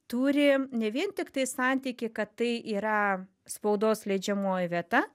turi ne vien tiktai santykį kad tai yra spaudos leidžiamoji vieta